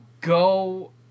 Go